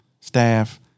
staff